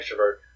extrovert